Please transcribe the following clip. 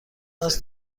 است